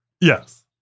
Yes